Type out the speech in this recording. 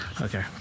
okay